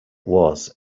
was